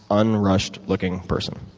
unrushed-looking person.